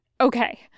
okay